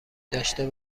داشته